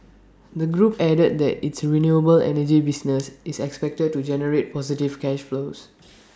the group added that its renewable energy business is expected to generate positive cash flows